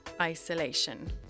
isolation